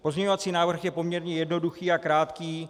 Pozměňovací návrh je poměrně jednoduchý a krátký.